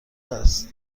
است